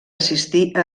assistir